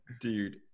dude